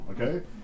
okay